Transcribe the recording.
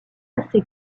assez